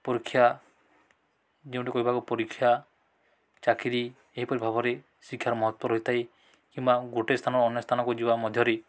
ପରୀକ୍ଷା ଯେଉଁଠି କହିବାକୁ ପରୀକ୍ଷା ଚାକିରି ଏହିପରି ଭାବରେ ଶିକ୍ଷାର ମହତ୍ତ୍ଵ ରହିଥାଏ କିମ୍ବା ଗୋଟେ ସ୍ଥାନ ଅନ୍ୟ ସ୍ଥାନକୁ ଯିବା ମଧ୍ୟରେ